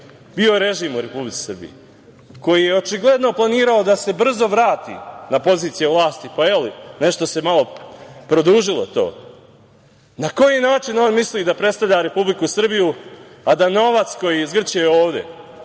bio režim u Republici Srbiji, koji je očigledno planirao da se brzo vrati na pozicije vlasti, pa, evo, nešto se malo produžilo to. Na koji način on misli da predstavlja Republiku Srbiju, a da novac koji je zgrtao ovde